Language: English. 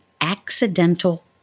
accidental